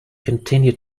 continue